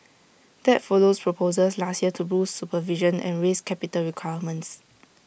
that follows proposals last year to boost supervision and raise capital requirements